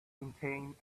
contained